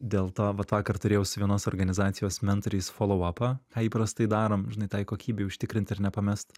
dėl to vat vakar turėjau su vienos organizacijos mentoriais folou apą ką įprastai darom žinai tai kokybei užtikrint ir nepamest